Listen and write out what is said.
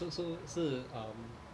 so so 是 um